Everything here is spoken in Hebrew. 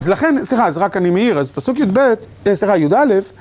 אז לכן, סליחה, אז רק אני מעיר, אז פסוק י"ב, סליחה, י"א